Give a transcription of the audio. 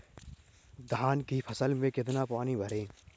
धान की फसल में कितना पानी भरें?